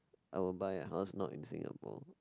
I will buy a house not in Singapore